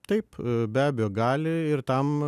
taip be abejo gali ir tam